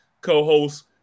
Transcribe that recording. co-host